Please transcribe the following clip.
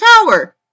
Tower